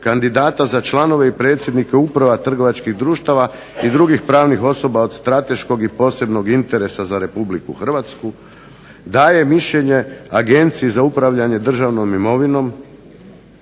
kandidata za članove i predsjednika uprava trgovačkih društava te drugih pravnih osoba od strateškog i posebnog interesa za Republiku Hrvatsku. Daje mišljenje Agenciji za upravljanje državnom imovinom